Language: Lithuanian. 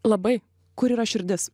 labai kur yra širdis